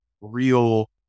real